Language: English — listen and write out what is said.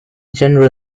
general